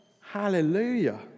Hallelujah